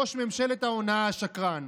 ראש ממשלת ההונאה השקרן.